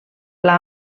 pla